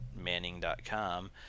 Manning.com